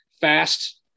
fast